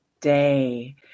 day